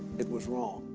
it was wrong.